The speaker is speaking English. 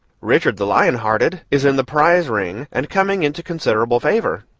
richard the lion-hearted is in the prize ring, and coming into considerable favor.